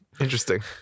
Interesting